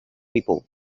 people